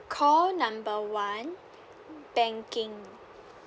call number one mm banking